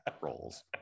roles